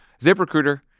ZipRecruiter